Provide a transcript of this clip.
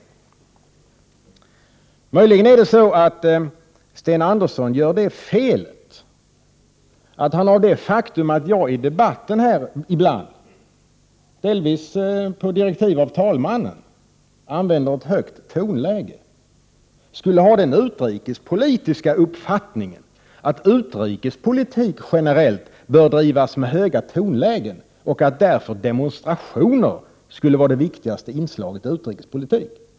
Möjligen gör Sten Andersson det felet att han av det faktum att jag i debatten här ibland, delvis på direktiv av talmannen, använder ett högt tonläge drar slutsatsen att miljöpartiet skulle ha den utrikespolitiska uppfattningen att utrikespolitik generellt bör drivas med högt tonläge och att demonstrationer därför skulle vara det viktigaste inslaget i utrikespolitik.